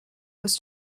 was